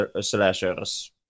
slashers